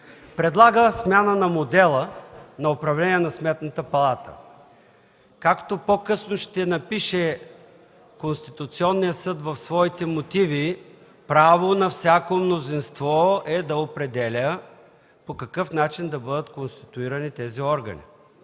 предлага смяна на модела на управление на Сметната палата. Както по-късно ще напише Конституционният съд в своите мотиви: право на всяко мнозинство е да определя по какъв начин да бъдат конституирани тези органи